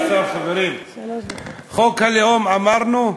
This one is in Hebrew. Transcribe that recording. מכובדי השר, חברים, חוק הלאום אמרנו?